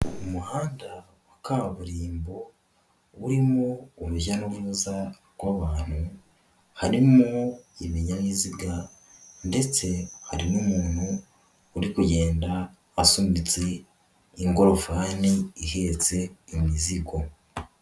Umuhanda wa kaburimbo urimo urujya n'uruza rw'abantu, harimo ibinyabiziga ndetse hari n'umuntu uri kugenda asunitse ingofani ihetse imizigo.